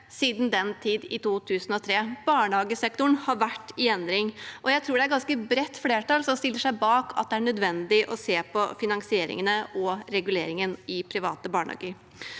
siden den tid – 2003. Barnehagesektoren har vært i endring, og jeg tror det er et ganske bredt flertall som stiller seg bak at det er nødvendig å se på finansieringen og reguleringen i private barnehager.